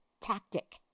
tactic